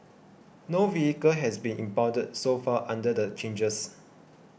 no vehicle has been impounded so far under the changes